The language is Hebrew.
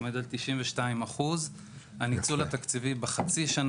עומד על 92%. הניצול התקציבי החצי השנה